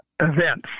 events